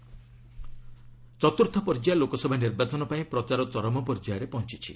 campaigning ଚତ୍ରୁର୍ଥ ପର୍ଯ୍ୟାୟ ଲୋକସଭା ନିର୍ବାଚନ ପାଇଁ ପ୍ରଚାର ଚରମ ପର୍ଯ୍ୟାୟରେ ପହଞ୍ଚିଛି